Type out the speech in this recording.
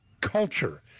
culture